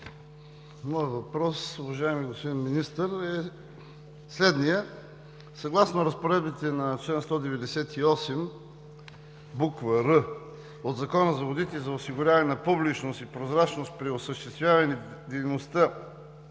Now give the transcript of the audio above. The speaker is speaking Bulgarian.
Моят въпрос, уважаеми господин Министър, е следният. Съгласно разпоредбите на чл. 198р от Закона за водите и за осигуряване на публичност и прозрачност при осъществяване дейността